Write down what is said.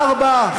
ארבע,